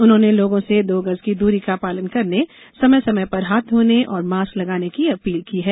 उन्होंने लोगों से दो गज की दूरी का पालन करने समय समय पर हाथ धोने और मास्क लगाने की अपील की है